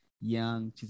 young